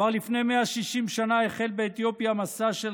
כבר לפני 160 שנה החל באתיופיה מסע של